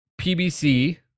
PBC